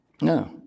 No